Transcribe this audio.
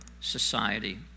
society